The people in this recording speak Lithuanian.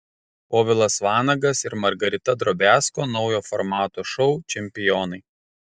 povilas vanagas ir margarita drobiazko naujo formato šou čempionai